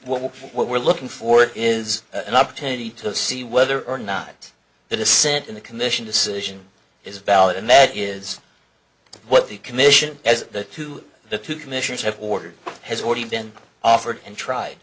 what we're looking for is an opportunity to see whether or not the dissent in the commission decision is valid and that is what the commission has the two the two commissioners have ordered has already been offered and tried